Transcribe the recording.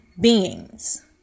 beings